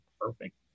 perfect